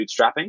bootstrapping